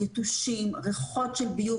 יתושים, ריחות של ביוב.